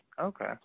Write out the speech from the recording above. Okay